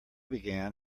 began